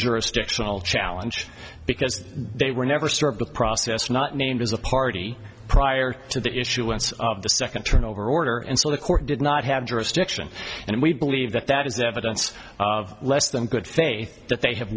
jurisdictional challenge because they were never start the process not named as a party prior to the issuance of the second turnover order and so the court did not have jurisdiction and we believe that that is evidence of less than good faith that they have